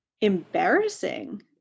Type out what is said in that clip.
embarrassing